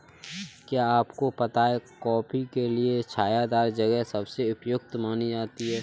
क्या आपको पता है कॉफ़ी के लिए छायादार जगह सबसे उपयुक्त मानी जाती है?